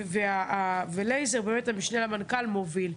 ולייזר המשנה למנכ"ל מוביל,